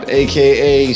aka